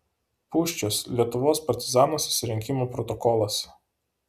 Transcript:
pūščios lietuvos partizanų susirinkimo protokolas